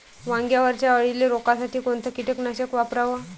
वांग्यावरच्या अळीले रोकासाठी कोनतं कीटकनाशक वापराव?